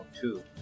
two